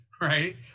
right